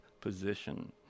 position